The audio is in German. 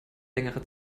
längere